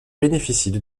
bénéficient